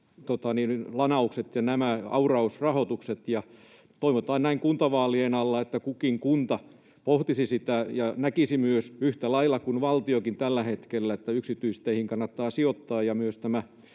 lanaukset ja nämä aurausrahoitukset. Ja toivotaan näin kuntavaalien alla, että kukin kunta pohtisi sitä ja näkisi yhtä lailla kuin valtiokin tällä hetkellä, että yksityisteihin kannattaa sijoittaa, ja